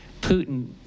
putin